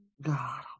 God